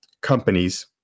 companies